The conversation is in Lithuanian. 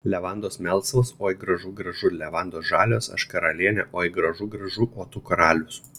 levandos melsvos oi gražu gražu levandos žalios aš karalienė oi gražu gražu o tu karalius